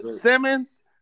Simmons